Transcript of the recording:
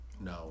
No